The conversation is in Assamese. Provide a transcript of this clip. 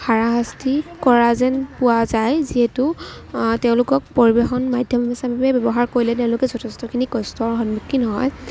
হাৰা শাস্তি কৰা যেন পোৱা যায় যিহেতু তেওঁলোকক পৰিবহণ মাধ্যম হিচাপে ব্যৱহাৰ কৰিলে তেওঁলোকে যথেষ্টখিনি কষ্টৰ সন্মুখীন হয়